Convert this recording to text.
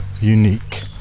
unique